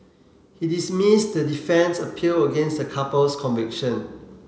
he dismissed the defence appeal against the couple's conviction